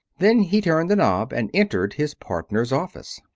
then he turned the knob and entered his partner's office.